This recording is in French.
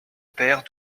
père